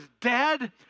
dead